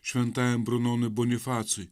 šventajam brunonui bonifacui